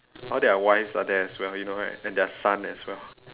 all their wives are there as well you know right and their son as well